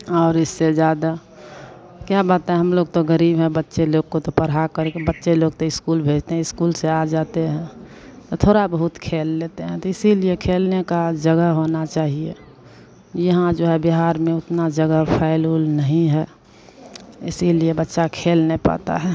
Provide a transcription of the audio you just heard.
और इससे ज़्यादा क्या बताएं हम लोग तो गरीब हैं बच्चे लोग को तो पढ़ा करके बच्चे लोग तो इस्कूल भेजते हैं इस्कूल से आ जाते हैं औ थोड़ा बहुत खेल लेते हैं तो इसीलिए खेलने का जगह होना चाहिए यहाँ जो है बिहार में उतना जगह फैल ऊल नहीं है इसलिए बच्चा खेल नहीं पाता है